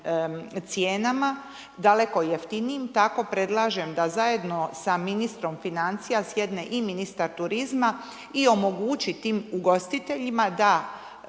cijenama daleko jeftinijim tako predlažem da zajedno sa ministrom financija sjedne i ministar turizma i omogući tim ugostiteljima da